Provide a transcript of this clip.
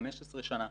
15 שנה,